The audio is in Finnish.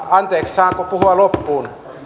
anteeksi saanko puhua loppuun